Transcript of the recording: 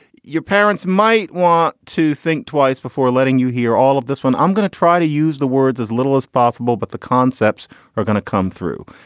your parents might want to think twice before letting you hear all of this one. i'm going to try to use the words as little as possible, but the concepts are going to come through.